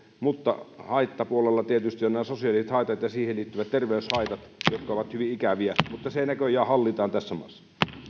mutta haittapuolella tietysti ovat nämä sosiaaliset haitat ja terveyshaitat jotka ovat hyvin ikäviä mutta se näköjään hallitaan tässä maassa